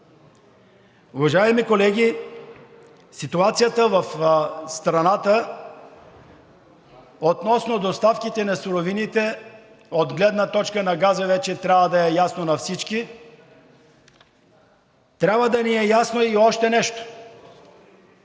Уважаеми колеги, ситуацията в страната относно доставките на суровините от гледна точка на газа вече трябва да е ясна на всички. Трябва да ни е ясно и още нещо,